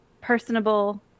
personable